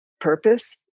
purpose